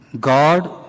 God